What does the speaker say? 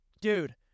Dude